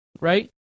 right